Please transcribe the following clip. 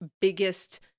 biggest